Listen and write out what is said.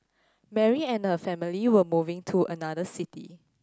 Mary and her family were moving to another city